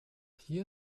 hier